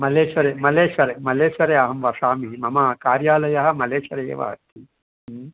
मल्लेश्वरे मल्लेश्वरे मल्लेश्वरे अहं वसामि मम कार्यालयः मल्लेश्वर एव अस्ति